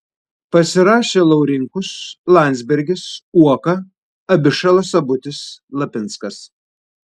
pasirašė laurinkus landsbergis uoka abišala sabutis lapinskas